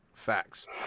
Facts